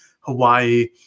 Hawaii